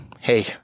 hey